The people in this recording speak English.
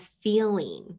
feeling